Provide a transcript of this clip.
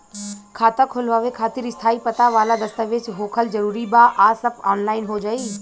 खाता खोलवावे खातिर स्थायी पता वाला दस्तावेज़ होखल जरूरी बा आ सब ऑनलाइन हो जाई?